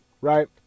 right